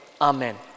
Amen